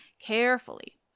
carefully